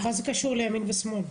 מה זה קשור לימין ושמאל?